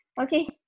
Okay